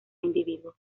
individuo